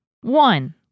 one